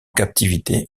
captivité